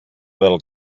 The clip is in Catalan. del